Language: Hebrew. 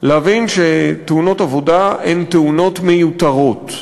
להבין שתאונות עבודה הן תאונות מיותרות,